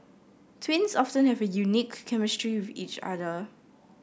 twins often have a unique chemistry with each other